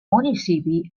municipi